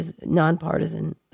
nonpartisan